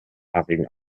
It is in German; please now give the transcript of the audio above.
haarigen